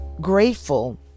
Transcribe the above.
grateful